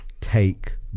take